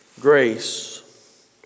Grace